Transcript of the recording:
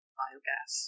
biogas